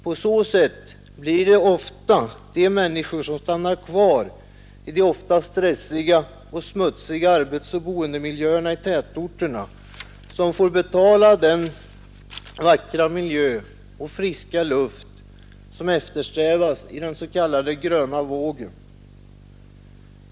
På så sätt blir det ofta de människor som stannar kvar i de ofta stressiga och smutsiga arbetsoch boendemiljöerna i tätorterna som får betala den vackra miljö och friska luft som eftersträvas i den s.k. gröna vågen.